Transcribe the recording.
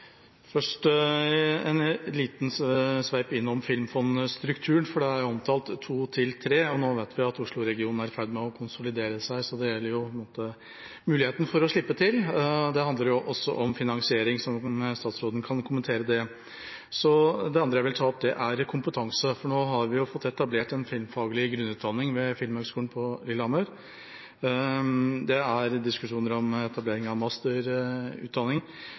Først en liten sveip innom filmfondstrukturen. Det er omtalt to–tre filmfondsvirksomheter, og nå vet vi at Oslo-regionen er i ferd med å konsolidere seg, så det gjelder jo muligheten for å slippe til. Det handler også om finansiering, så om statsråden kan kommentere det. Det andre jeg vil ta opp, er kompetanse, for nå har vi jo fått etablert en filmfaglig grunnutdanning ved Den norske filmskolen på Høgskolen i Lillehammer. Det er diskusjoner om etablering av masterutdanning,